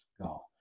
go